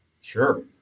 Sure